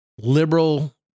liberal